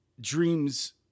dreams